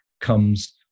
comes